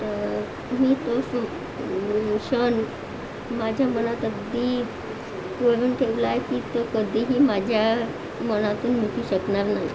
तर मी तो सु् क्षण माझ्या मनात अगदी कोरून ठेवला आहे की तो कधीही माझ्या मनातून मिटू शकणार नाही